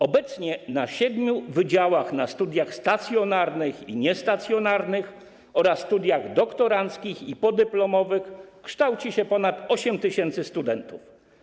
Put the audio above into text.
Obecnie na siedmiu wydziałach na studiach stacjonarnych i niestacjonarnych oraz studiach doktoranckich i podyplomowych kształci się ponad 8 tys. studentów.